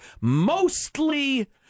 mostly